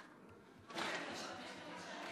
חבריי חברי הכנסת,